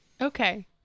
okay